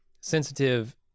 sensitive